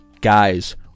Guys